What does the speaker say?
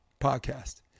podcast